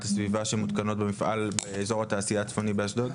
הסביבה שמותקנות במפעל באזור התעשייה הצפוני באשדוד?